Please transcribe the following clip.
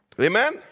Amen